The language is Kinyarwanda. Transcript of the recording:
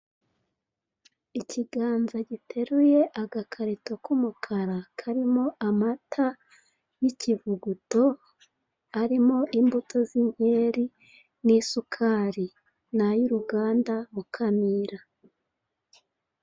Ikiganza giteruye agakarito k'umukara karimo amata y'ikivuguto arimo imbuto z'inkeri, n'isukari ni ay'uruganda Mukamira.